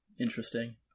interesting